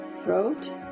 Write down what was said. Throat